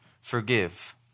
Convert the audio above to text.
forgive